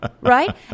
Right